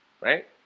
right